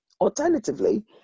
alternatively